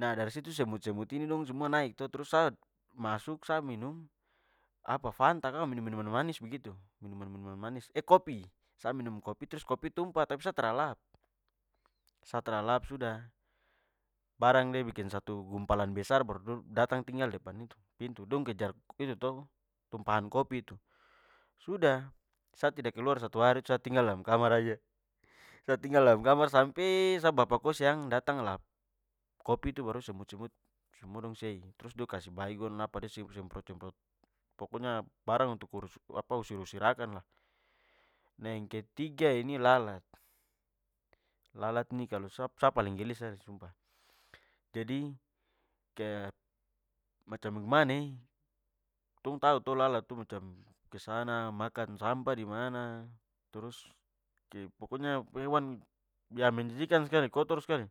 Nah, dari situ semut-semut ini dong semua naik to, trus sa masuk, sa minum, apa fanta kah? Minum minuman manis begitu. Minuman manis kopi! Sa minum kopi trus kopi tumpah, tapi sa tra lap sa tra lap-. Sudah, barang de bikin satu gumpalan besar baru datang tinggal depan itu pintu. Dong kejar itu to, tumpahan kopi itu. Sudah, sa tidak keluar satu hari itu. Sa tinggal dalam kamar saja. Sa tinggal dalam kamar sampe, sa bapa kost yang datang lap kopi itu baru semut-semut semua dong sei. Trus de kasih baygon apa de semprot semprot semprot- pokoknya barang untuk urus apa usir-usir akan lah. Nah, yang ketiga ini lalat. Lalat ini kalo sa sa- paling geli saya sumpah! Jadi, kaya macam bagaimana e? Tong tau to lalat to? Macam kesana makan sampah dimana, trus ke pokoknya hewan ya menjijikkan skali! Kotor skali!